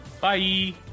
Bye